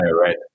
right